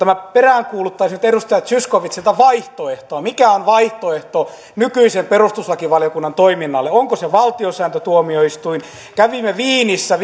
minä peräänkuuluttaisin nyt edustaja zyskowiczilta vaihtoehtoa mikä on vaihtoehto nykyisen perustuslakivaliokunnan toiminnalle onko se valtiosääntötuomioistuin kävimme wienissä